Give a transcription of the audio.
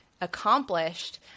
accomplished